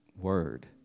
word